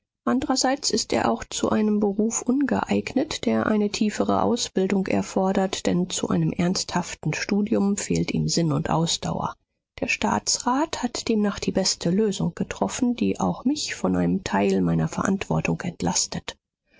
anderseits ist er auch zu einem beruf ungeeignet der eine tiefere ausbildung erfordert denn zu einem ernsthaften studium fehlt ihm sinn und ausdauer der staatsrat hat demnach die beste lösung getroffen die auch mich von einem teil meiner verantwortlichkeit entlastet